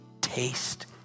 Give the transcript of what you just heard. taste